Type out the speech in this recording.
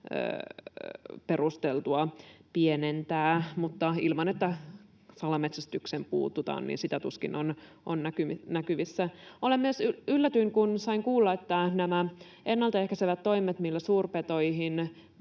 perusteltua pienentää, mutta ilman, että salametsästykseen puututaan, sitä tuskin on näkyvissä. Yllätyin, kun sain kuulla, että nämä ennaltaehkäisevät toimet, millä suurpetojen